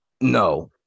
No